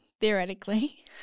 theoretically